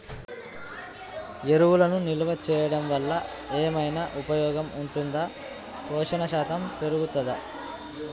ఎరువులను నిల్వ చేయడం వల్ల ఏమైనా ఉపయోగం ఉంటుందా పోషణ శాతం పెరుగుతదా?